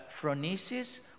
phronesis